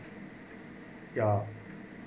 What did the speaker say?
ya